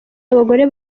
abagore